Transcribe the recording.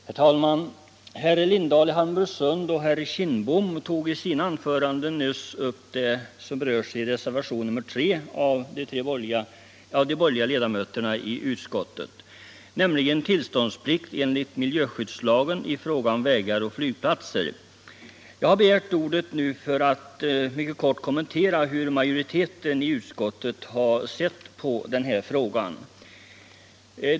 Herr talman! Herr Lindahl i Hamburgsund och herr Kindbom tog i sina anföranden nyss upp det som berörs i reservationen 3 av de borgerliga ledamöterna i utskottet, nämligen tillståndsplikt enligt miljöskyddslagen i fråga om vägar och flygplatser. Jag har begärt ordet för att mycket kort kommentera hur majoriteten i utskottet har sett på den frågan.